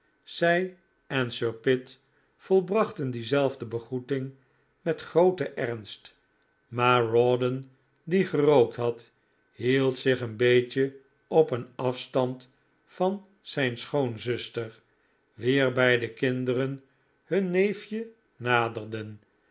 zij en sir pitt volbrachten diezelfde begroeting met grooten ernst maar rawdon die gerookt had hield zich een beetje op een afstand van zijn schoonzuster wier beide kinderen hun neefje naderden